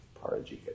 Parajika